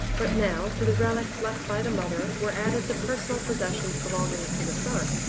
but now, to the relics left by the mother, were added the personal possessions belonging to the son.